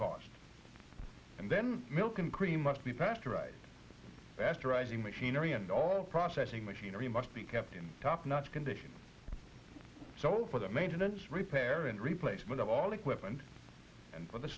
cost and then milk and cream must be pasteurized asteroid machinery and all processing machinery must be kept in top notch condition so for the maintenance repair and replacement of all equipment and all the